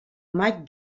maig